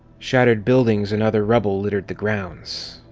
shattered buildings and other rubble littered the grounds.